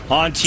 on